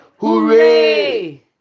Hooray